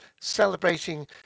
celebrating